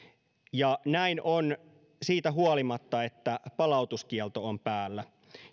ja näin on siitä huolimatta että palautuskielto on päällä